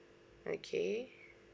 okay